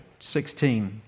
16